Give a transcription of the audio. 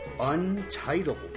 Untitled